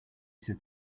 said